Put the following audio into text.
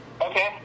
Okay